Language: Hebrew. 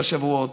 במסגרת המגבלות